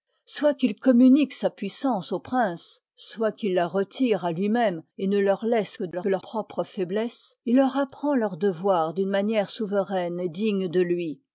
soit qu'il communique sa puissance aux princes soit qu'il la retire à lui-même et ne leur laisse que leur propre faiblesse il leur apprend leurs devoirs d'une manière souveraine et digne de lui